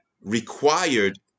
required